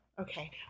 Okay